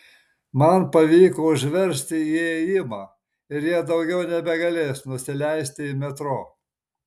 man pavyko užversti įėjimą ir jie daugiau nebegalės nusileisti į metro